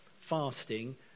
fasting